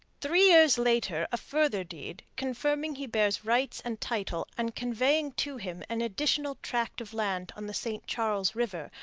three years later a further deed, confirming hebert's rights and title, and conveying to him an additional tract of land on the st charles river,